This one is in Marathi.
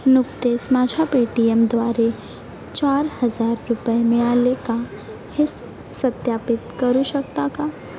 माझ्या पेटीएमद्वारे चार हजार रुपये मिळाले का हे सत्यापित करू शकता का